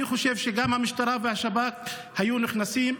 אני חושב שגם המשטרה והשב"כ היו נכנסים.